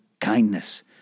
kindness